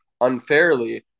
unfairly